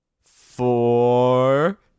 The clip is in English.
four